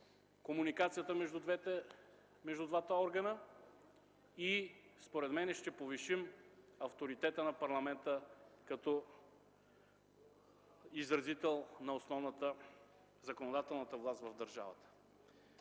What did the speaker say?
комуникацията между двата органа. Според мен така ще повишим авторитета на парламента като изразител на основната, законодателната власт в държавата.